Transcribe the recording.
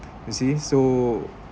you see so